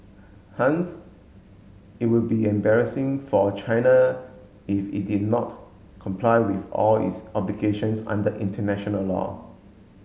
hence it would be embarrassing for China if it did not comply with all its obligations under international law